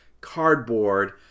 cardboard